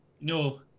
No